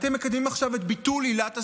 אתם מקדמים עכשיו את ביטול עילת הסבירות,